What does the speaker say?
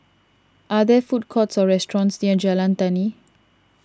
are there food courts or restaurants near Jalan Tani